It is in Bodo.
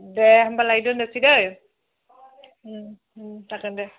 दे होनबालाय दोननोसै दै जागोन दे